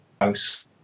house